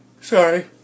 Sorry